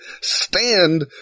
stand